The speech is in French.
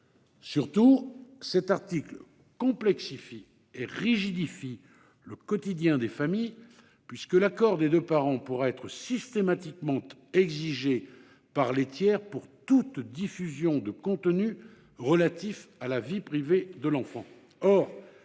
Surtout, cet article complexifie et rigidifie le quotidien des familles, puisque l'accord des deux parents pourra être systématiquement exigé par les tiers pour toute diffusion de contenu relatif à la vie privée de l'enfant.